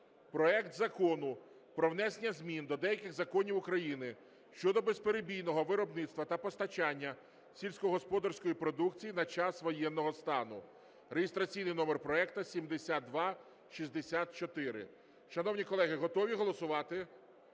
проект Закону про внесення змін до деяких законів України щодо безперебійного виробництва та постачання сільськогосподарської продукції на час воєнного стану (реєстраційний номер проекту 7264). Шановні колеги, готові голосувати?